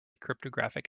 cryptographic